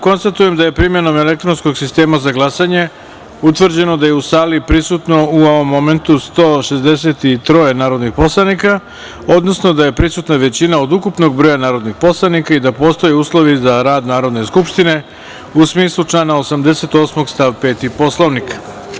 Konstatujem da je primenom elektronskog sistema za glasanje utvrđeno da je u sali prisutno, u ovom momentu, 163 narodnih poslanika, odnosno da je prisutna većina od ukupnog broja narodnih poslanika i da postoje uslovi za rad Narodne skupštine u smislu člana 88. stav 5. Poslovnika.